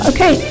Okay